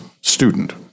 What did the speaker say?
student